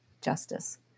justice